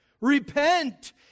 Repent